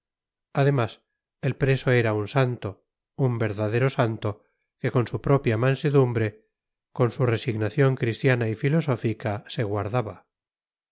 además el preso era un santo un verdadero santo que con su propia mansedumbre con su resignación cristiana y filosófica se guardaba